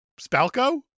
Spalco